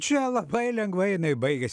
čia labai lengvai jinai baigėsi